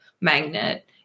magnet